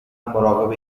مراقب